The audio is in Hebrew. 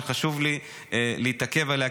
שחשוב לי להתעכב עליה,